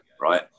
Right